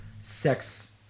sex